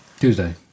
tuesday